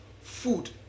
food